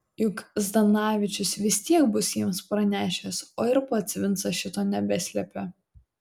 juk zdanavičius vis tiek bus jiems pranešęs o ir pats vincas šito nebeslėpė